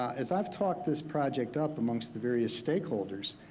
as i've talked this project up amongst the various stakeholders,